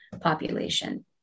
population